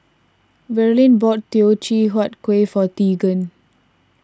Verlene bought Teochew Huat Kuih for Teagan